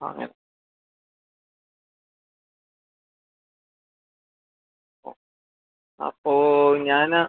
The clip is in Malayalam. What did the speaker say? ആ ഞാൻ ഓ അപ്പോൾ ഞാൻ